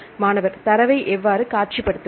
மாணவர் தரவை எப்படி காட்சிப்படுத்துவது